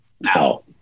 now